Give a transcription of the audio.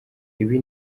ibi